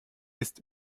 ist